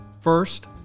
First